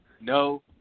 no